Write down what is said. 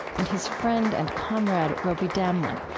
and his friend and comrade, robi damelin,